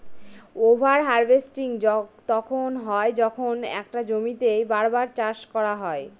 over harvesting তখন হয় যখন একটা জমিতেই বার বার চাষ করা হয়